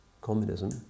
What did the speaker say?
Communism